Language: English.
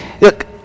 Look